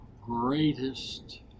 greatest